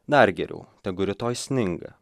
dar geriau tegu rytoj sninga